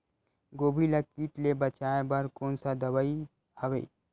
गोभी ल कीट ले बचाय बर कोन सा दवाई हवे?